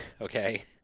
Okay